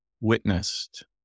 witnessed